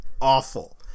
Awful